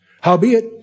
Howbeit